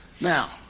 Now